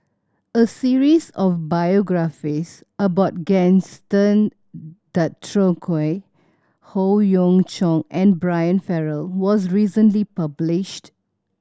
a series of biographies about Gaston Dutronquoy Howe Yoon Chong and Brian Farrell was recently published